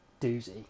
doozy